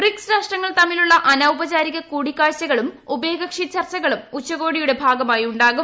BRICS രാഷ്ട്രങ്ങൾ തമ്മിലുള്ള അനൌപചാരിക കൂടിക്കാഴ്ചകളും ഉഭയകക്ഷി ചർച്ചകളും ഉച്ചകോടിയുടെ ഭാഗമായി ഉ ാകും